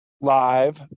live